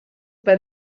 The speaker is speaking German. bei